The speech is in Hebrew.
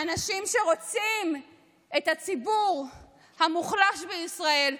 האנשים שרוצים את הציבור המוחלש בישראל,